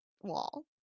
wall